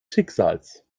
schicksals